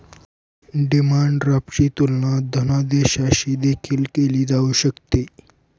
demand ड्राफ्टची तुलना धनादेशाशी देखील केली जाऊ शकते